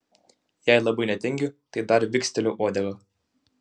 jei labai netingiu tai dar viksteliu uodega